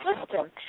system